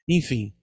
Enfim